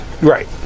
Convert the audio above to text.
Right